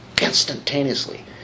Instantaneously